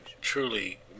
truly